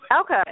Okay